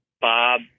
Bob